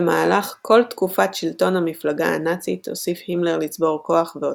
במהלך כל תקופת שלטון המפלגה הנאצית הוסיף הימלר לצבור כוח ועצמה.